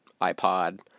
iPod